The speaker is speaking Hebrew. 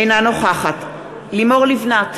אינה נוכחת לימור לבנת,